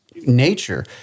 nature